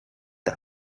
the